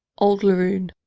old laroon,